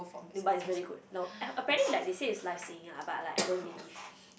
then but it's really good no a apparently like they say it's live singing ah but I don't believe